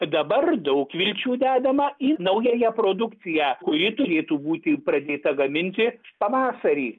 dabar daug vilčių dedama į naująją produkciją kuri turėtų būti pradėta gaminti pavasarį